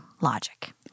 logic